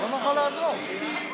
איציק,